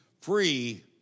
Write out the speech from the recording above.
free